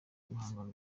ibihangano